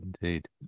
Indeed